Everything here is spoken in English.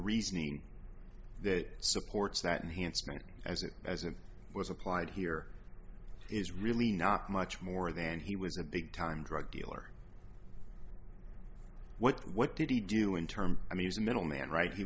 reasoning that supports that enhanced as it as it was applied here is really not much more than he was a big time drug dealer what what did he do in terms i mean as a middleman right he